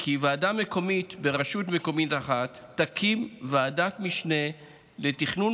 כי ועדה מקומית ברשות מקומית אחת תקים ועדת משנה לתכנון